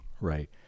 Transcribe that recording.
Right